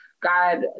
God